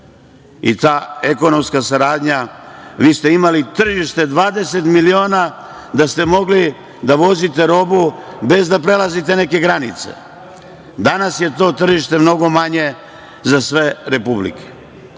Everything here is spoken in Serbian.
20 miliona stanovnika. Vi ste imali tržište od 20 miliona, da ste mogli da vozite robu bez da prelazite neke granice. Danas je to tržište mnogo manje za sve republike. Moj